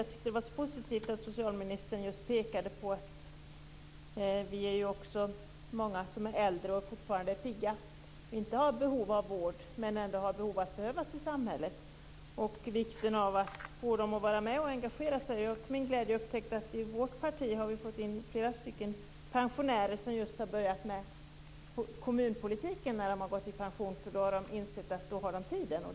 Jag tycker att det är positivt att socialministern pekar på att vi är många som är äldre och som fortfarande är pigga och inte har behov av vård. Däremot har vi behov av att behövas i samhället. Dessutom gäller det vikten att få människor att vara med och att engagera sig. Till min glädje har jag upptäckt att vi i vårt parti har fått in flera pensionärer som efter att ha gått i pension har börjat med kommunpolitik. De har insett att de nu har tid.